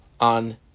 on